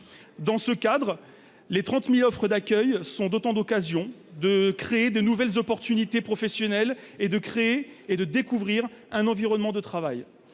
Dans ce cadre, les 30 000 offres d'accueil sont autant d'occasions de créer de nouvelles opportunités professionnelles et de découvrir un environnement de travail.